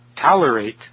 tolerate